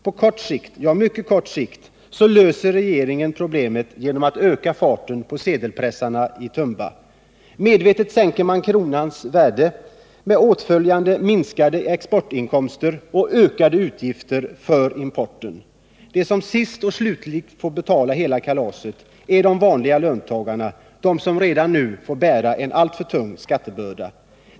På kort sikt —-ja, på mycket kort sikt — löser regeringen problemet genom att öka farten på sedelpressarna i Tumba. Medvetet sänker man kronans värde med åtföljande minskade exportinkomster och ökade utgifter för importen. De som sist och slutligen får betala kalaset är de vanliga löntagarna — de som redan nu får bära en alltför tung skattebörda.